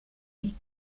nicht